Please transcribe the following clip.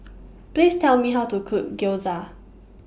Please Tell Me How to Cook Gyoza